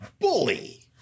Bully